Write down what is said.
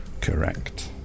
correct